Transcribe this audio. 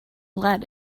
lead